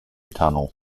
tunnel